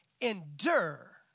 endure